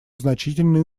значительные